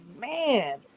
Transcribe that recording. Man